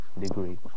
degree